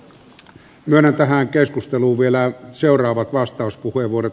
myönnän tähän keskusteluun vielä seuraavat vastauspuheenvuorot